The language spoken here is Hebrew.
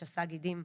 שס"ה גידים,